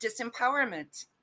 disempowerment